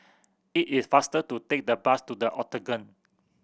it is faster to take the bus to The Octagon